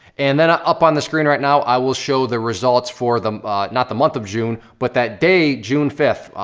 and then ah up on the screen right now, i will show the results for, not the month of june, but that day, june fifth,